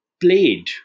played